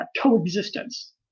coexistence